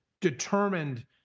determined